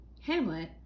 Hamlet